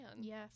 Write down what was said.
Yes